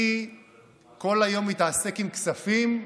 אני כל היום מתעסק בכספים,